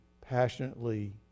passionately